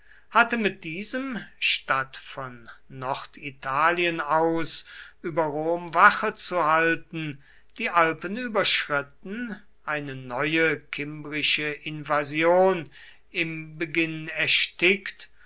hatte mit diesem statt von norditalien aus über rom wache zu halten die alpen überschritten eine neue kimbrische invasion im beginn erstickt